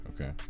okay